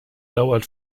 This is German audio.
dauert